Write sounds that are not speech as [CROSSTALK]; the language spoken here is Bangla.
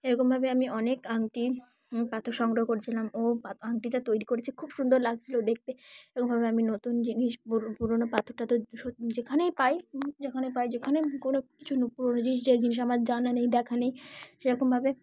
এরকমভাবে আমি অনেক আংটি পাথর সংগ্রহ করেছিলাম ও পা আংটিটা তৈরি করেছি খুব সুন্দর লাগছিল দেখতে এরকমভাবে আমি নতুন জিনিস পুরনো পুরনো পাথর টাথর [UNINTELLIGIBLE] যেখানেই পাই যেখানে পাই যেখানে কোনো কিছু নো পুরনো জিনিস যে জিনিস আমার জানা নেই দেখা নেই সেরকমভাবে